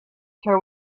her